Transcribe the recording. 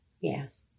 Yes